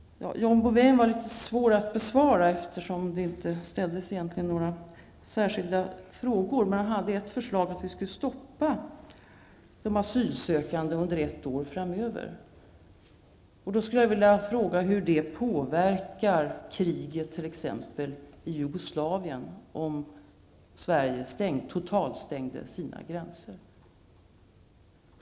John Bouvins inlägg litet svårt att besvara, eftersom han inte ställde några särskilda frågor. Han hade ett förslag, att vi skulle stoppa de asylsökande under ett år framöver. Jag skulle vilja fråga hur det påverkar t.ex. kriget i Jugoslavien, om Sverige totalstänger sina gränser.